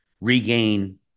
regain